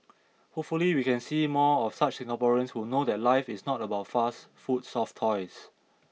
hopefully we can see more of such Singaporeans who know that life is not about fast food soft toys